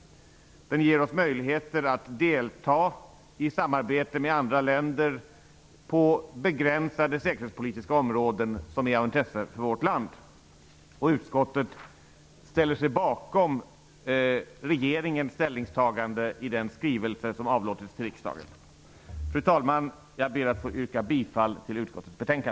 Den ger oss möjligheter att delta i samarbete med andra länder på begränsade säkerhetspolitiska områden som är av intresse för vårt land. Utskottet ställer sig bakom regeringens ställningstagande i den skrivelse som avlämnats till riksdagen. Fru talman! Jag ber att få yrka bifall till utskottets hemställan.